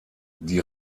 die